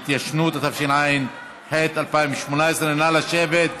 (התיישנות), התשע"ח 2018. נא לשבת.